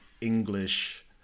English